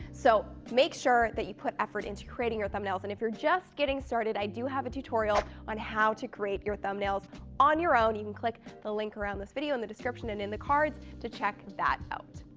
so, make sure that you put effort into creating your thumbnails. and, if you're just getting started, i do have a tutorial on how to create your thumbnails on your own. you can click the link around this video in the description and in the cards to check that out.